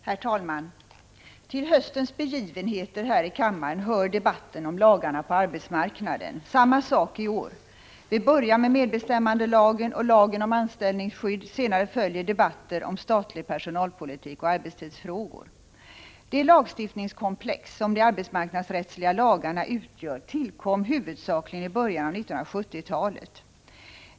Herr talman! Till höstens begivenheter här i kammaren hör debatten om lagarna på arbetsmarknaden - samma sak i år. Vi börjar i dag med medbestämmandelagen och lagen om anställningsskydd. Senare följer debatter om statlig personalpolitik och arbetstidsfrågor. Det lagstiftningskomplex som de arbetsmarknadsrättsliga lagarna utgör tillkom huvudsakligen i början av 1970-talet.